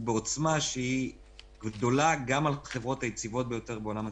האירוע הוא בעוצמה גדולה גם על החברות היציבות בעולם התעופה,